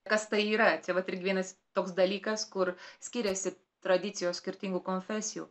kas tai yra čia vat irgi vienas toks dalykas kur skiriasi tradicijos skirtingų konfesijų